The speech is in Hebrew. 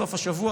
בסוף השבוע,